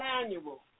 manual